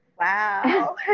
Wow